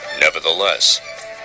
Nevertheless